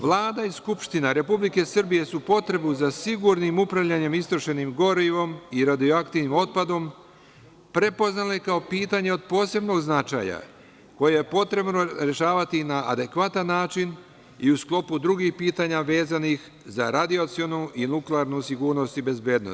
Vlada i Skupština Republike Srbije su potrebu za sigurnim upravljanjem istrošenim gorivom i radioaktivnim otpadom prepoznale kao pitanje od posebnog značaja koje je potrebno rešavati na adekvatan način i u sklopu drugih pitanja vezanih za radijacionu i nuklearnu sigurnost i bezbednost.